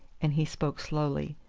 and he spoke slowly.